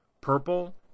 purple